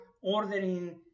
ordering